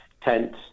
tents